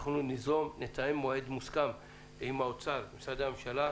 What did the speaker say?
ואנחנו ניזום ונתאם מועד מוסכם עם האוצר ומשרדי הממשלה,